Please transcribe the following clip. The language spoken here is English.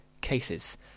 cases